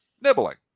Nibbling